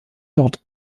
dort